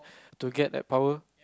to get that power